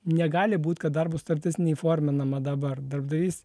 negali būt kad darbo sutartis neįforminama dabar darbdavys